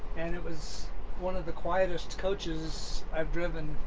and it was one of the quietest coaches i've driven.